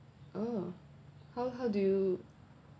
oh how how do you